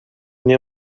nie